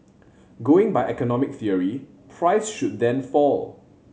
going by economic theory price should then fall